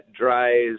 dries